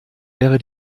wäre